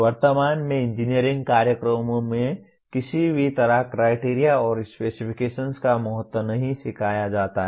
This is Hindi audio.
वर्तमान में इंजीनियरिंग कार्यक्रमों में किसी भी तरह क्राइटेरिया और स्पेसिफिकेशन्स का महत्व नहीं सिखाया जाता है